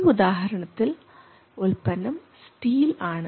ഈ ഉദാഹരണത്തിൽ ഉൽപ്പന്നം സ്റ്റീൽ ആണ്